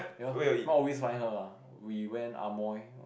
ya not always find her ah we went Amoy